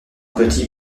petit